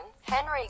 Henry